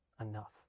enough